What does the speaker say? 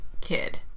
kid